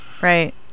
right